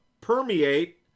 permeate